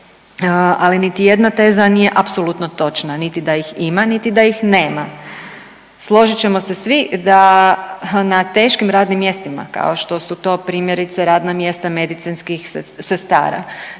ali niti jedna teza nije apsolutno točna niti da ih ima, niti da ih nema. Složit ćemo se svi da na teškim radnim mjestima kao što su to primjerice radna mjesta medicinskih sestara,